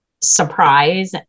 surprise